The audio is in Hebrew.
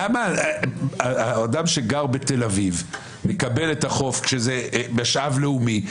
למה אדם שגר בתל אביב מקבל את החוף כשזה משאב לאומי?